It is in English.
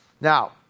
Now